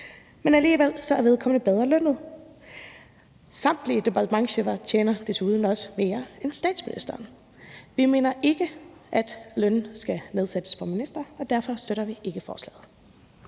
men alligevel er vedkommende bedre lønnet. Samtlige departementschefer tjener desuden også mere end statsministeren. Vi mener ikke, at lønnen skal nedsættes for ministre, og derfor støtter vi ikke forslaget.